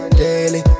daily